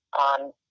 on